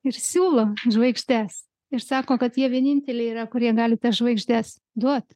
ir siūlo žvaigždes ir sako kad jie vieninteliai yra kurie gali tas žvaigždes duot